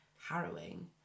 harrowing